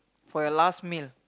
for your last meal